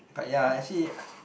but yeah actually